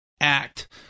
act